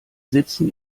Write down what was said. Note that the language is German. sitzen